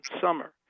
summer